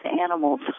animals